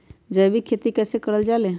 जैविक खेती कई से करल जाले?